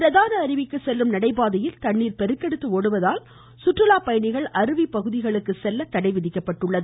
பிரதான அருவிக்கு செல்லும் நடைபாதையில் தண்ணீர் பெருக்கெடுத்து ஒடுவதால் சுற்றுலா பயணிகள் அருவி பகுதிகளுக்கு செல்ல தடை விதிக்கப்பட்டுள்ளது